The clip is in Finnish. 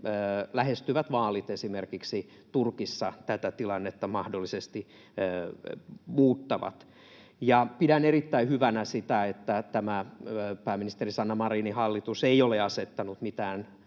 lähestyvät vaalit esimerkiksi Turkissa tätä tilannetta mahdollisesti muuttavat? Pidän erittäin hyvänä sitä, että tämä pääministeri Sanna Marinin hallitus ei ole asettanut mitään